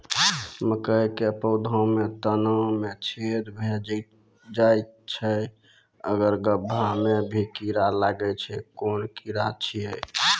मकयक पौधा के तना मे छेद भो जायत छै आर गभ्भा मे भी कीड़ा लागतै छै कून कीड़ा छियै?